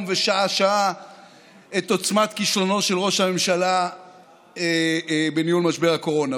ושעה-שעה את עוצמת כישלונו של ראש הממשלה בניהול משבר הקורונה.